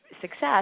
success